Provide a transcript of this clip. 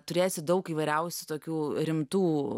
turėsi daug įvairiausių tokių rimtų